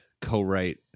co-write